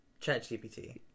ChatGPT